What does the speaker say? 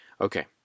okay